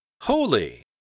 Holy